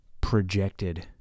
projected